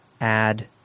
add